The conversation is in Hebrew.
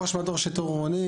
ראש מדור שיטור עירוני.